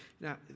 Now